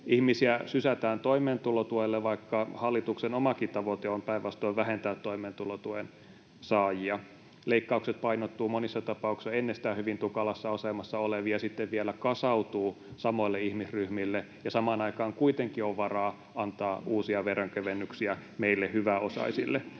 Ihmisiä sysätään toimeentulotuelle, vaikka hallituksen omakin tavoite on päinvastoin vähentää toimeentulotuen saajia. Leikkaukset painottuvat monissa tapauksissa ennestään hyvin tukalassa asemassa oleville ja sitten vielä kasautuvat samoille ihmisryhmille, ja samaan aikaan kuitenkin on varaa antaa uusia veronkevennyksiä meille hyväosaisille.